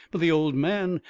but the old man,